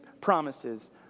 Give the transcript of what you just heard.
promises